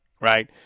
right